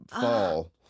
fall